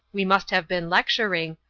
we must have been lecturing,